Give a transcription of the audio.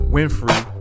Winfrey